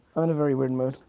and very weird mood,